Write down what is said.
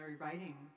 writing